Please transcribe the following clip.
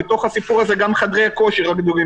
בתוך הסיפור הזה גם חדרי הכושר הגדולים